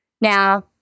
Now